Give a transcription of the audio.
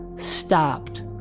stopped